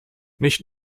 nicht